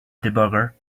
debugger